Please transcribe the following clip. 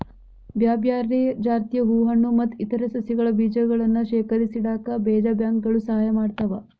ಬ್ಯಾರ್ಬ್ಯಾರೇ ಜಾತಿಯ ಹೂ ಹಣ್ಣು ಮತ್ತ್ ಇತರ ಸಸಿಗಳ ಬೇಜಗಳನ್ನ ಶೇಖರಿಸಿಇಡಾಕ ಬೇಜ ಬ್ಯಾಂಕ್ ಗಳು ಸಹಾಯ ಮಾಡ್ತಾವ